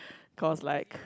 cause like